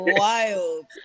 wild